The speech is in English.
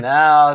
now